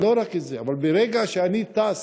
אבל לא רק את זה: ברגע שאני טס